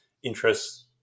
interests